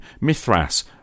Mithras